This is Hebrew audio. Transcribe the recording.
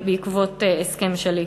בעקבות הסכם שליט.